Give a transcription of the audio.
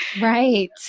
Right